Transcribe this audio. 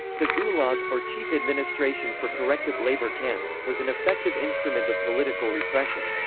the gulag, or chief administration for corrective labor camps, was an effective instrument of political repression.